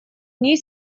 ней